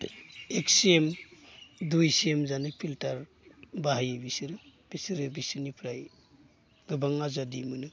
एक सिएम दुइ सिएम जानाय फिल्टार बाहायो बिसोरो बिसोरनिफ्राय गोबां आजादि मोनो